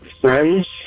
Friends